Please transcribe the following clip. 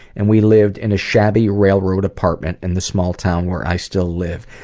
and we lived in a shabby railroad apartment in the small town where i still live.